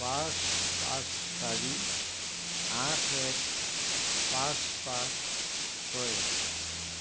পাঁচ পাঁচ চাৰি আঠ এক পাঁচ পাঁচ ছয় এক